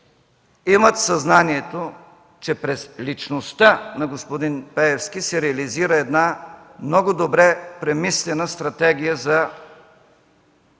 имат съзнанието, че през личността на господин Пеевски се реализира много добре премислена стратегия за